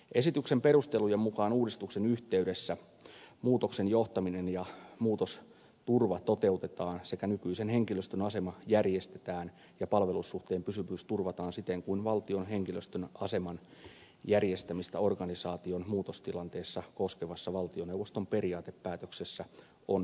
esityksen perustelujen mukaan uudistuksen yhteydessä muutoksen johtaminen ja muutosturva toteutetaan sekä nykyisen henkilöstön asema järjestetään ja palvelussuhteen pysyvyys turvataan siten kuin valtion henkilöstön aseman järjestämistä organisaation muutostilanteessa koskevassa valtioneuvoston periaatepäätöksessä on hyväksytty